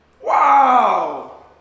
Wow